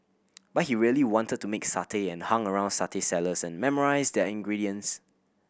but he really wanted to make satay and hung around satay sellers and memorised their ingredients